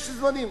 יש זמנים.